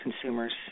consumers